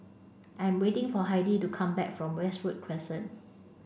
I'm waiting for Heidi to come back from Westwood Crescent